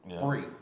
free